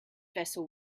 vessel